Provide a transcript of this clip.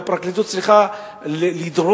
והפרקליטות צריכה לדרוש